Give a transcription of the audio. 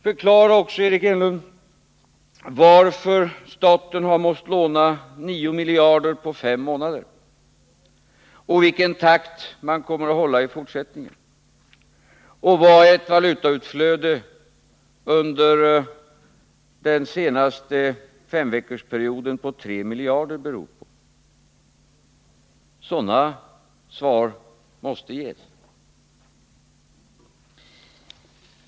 Förklara också, Eric Enlund, varför staten har måst låna 9 miljarder på fem månader, vilken takt man kommer att hålla i fortsättningen och vad ett valutautflöde under den senaste femveckorsperioden på 3 miljarder beror på! Sådana svar måste ges.